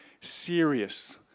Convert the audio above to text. serious